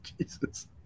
Jesus